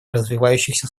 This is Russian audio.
развивающихся